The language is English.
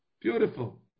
Beautiful